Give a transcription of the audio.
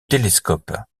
télescope